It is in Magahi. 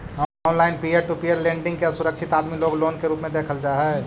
online peer to peer lending के असुरक्षित आदमी लोग लोन के रूप में देखल जा हई